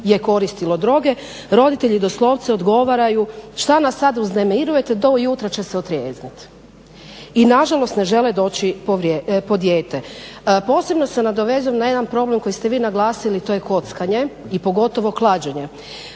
je koristilo droge, roditelji doslovce odgovaraju šta nas sada uznemirujete do ujutro će se otrijezniti i nažalost ne žele doći po dijete. Posebno se nadovezujem na jedan problem koji ste vi naglasili to je kockanje i pogotovo klađenje.